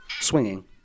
swinging